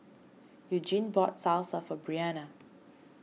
Eugene bought Salsa for Brianna